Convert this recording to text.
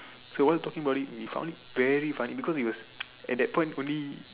so while talking about it we found it very funny because it was at that point only